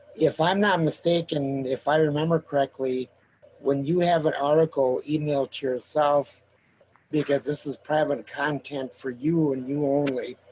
if i'm not mistaken if i remember correctly when you have an article emailed to yourself because this is private content for you and you only